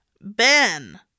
Ben